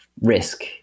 risk